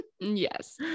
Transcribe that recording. Yes